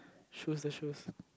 shoes the shoes